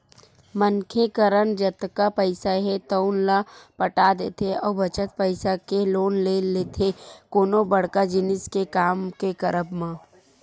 मनखे करन जतका पइसा हे तउन ल पटा देथे अउ बचत पइसा के लोन ले लेथे कोनो बड़का जिनिस के काम के करब म